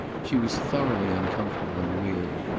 she was thoroughly uncomfortable and weary.